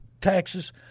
taxes